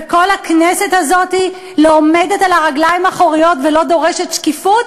וכל הכנסת הזאת לא עומדת על הרגליים האחוריות ולא דורשת שקיפות